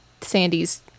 Sandy's